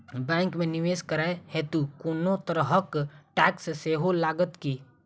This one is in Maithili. बैंक मे निवेश करै हेतु कोनो तरहक टैक्स सेहो लागत की?